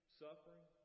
suffering